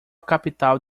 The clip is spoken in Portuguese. capital